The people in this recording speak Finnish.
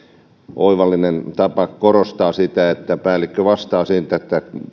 oivallinen tapa korostaa sitä että päällikkö vastaa siitä että